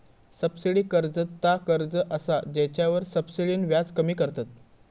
subsidy कर्ज ता कर्ज असा जेच्यावर सब्सिडीन व्याज कमी करतत